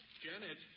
Janet